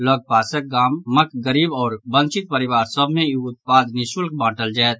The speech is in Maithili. लऽगपासक गामक गरीब आओर वंचित परिवार सभ मे ई उत्पाद निःशुल्क बांटल जायत